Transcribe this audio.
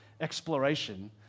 exploration